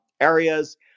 areas